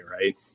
Right